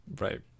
Right